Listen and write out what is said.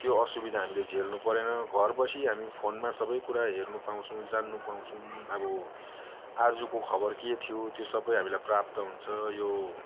त्यो असुविधा हामीले झेल्नु परेन घर बसी हामी फोनमा सबकुरा हेर्नु पाउँछौँ जान्नु पाउँछौँ अब आजको खबर के थियो त्यो सबै हामीलाई प्राप्त हुन्छ यो